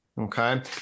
Okay